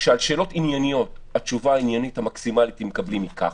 שעל שאלות ענייניות התשובה העניינית המקסימלית שמקבלים היא "ככה",